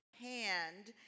hand